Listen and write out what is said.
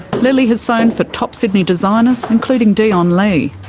lily has sewn for top sydney designers, including dion lee.